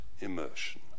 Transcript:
immersion